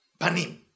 Panim